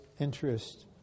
interest